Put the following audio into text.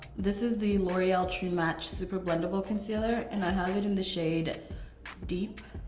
this is the l'oreal true match super blendable concealer, and i have it in the shade deep